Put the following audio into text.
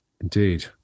Indeed